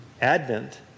Advent